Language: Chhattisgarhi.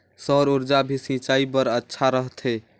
सौर ऊर्जा भी सिंचाई बर अच्छा रहथे?